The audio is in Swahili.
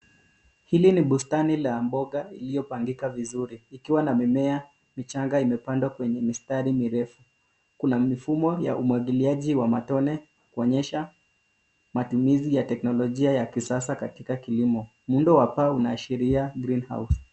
Hili ni bustani la mboga iliyopangika vizuri ikiwa na mimea michanga imepandwa kwenye mistari mirefu, kuna mifumo ya umwagiliaji wa matone kuonyesha matumizi ya teknolojia ya kisasa katika kilimo. Muundo wa paa unaashiria greenhouse .